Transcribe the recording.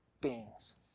beings